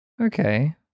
okay